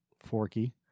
Forky